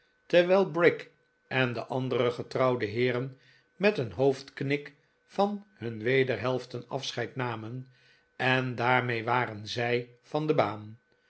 terwijl brick en de andere getrouwde heeren met een hoofdknik van hun wederhelften afscheid namen en daarmee waren z ij van de baan